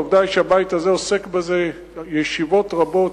העובדה היא שהבית הזה עוסק בזה בישיבות רבות,